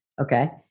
Okay